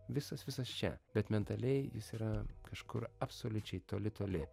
visas visas čia bet mentaliai jis yra kažkur absoliučiai toli toli